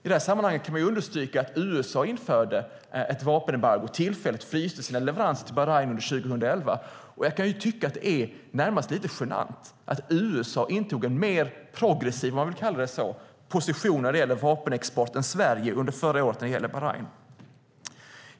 I det sammanhanget kan man understryka att USA införde ett vapenembargo och tillfälligt fryste sina leveranser till Bahrain under 2011. Och jag kan tycka att det är närmast lite genant att USA intog en mer progressiv, om man vill kalla det så, position än Sverige under förra året när det gäller vapenexport till Bahrain.